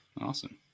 Awesome